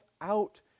out